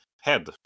head